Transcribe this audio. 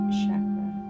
chakra